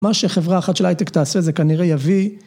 מה שחברה אחת של הייטק תעשה זה כנראה יביא